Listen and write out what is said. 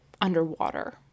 underwater